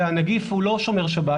והנגיף לא שומר שבת,